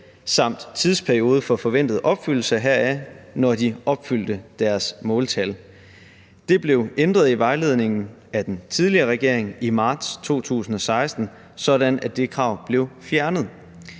samt en tidsperiode for den forventede opfyldelse heraf, når de opfyldte deres måltal. Det blev ændret i vejledningen af den tidligere regering i marts 2016, sådan at det krav blev fjernet.